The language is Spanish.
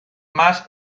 más